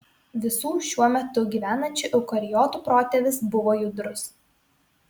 visų šiuo metu gyvenančių eukariotų protėvis buvo judrus